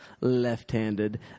left-handed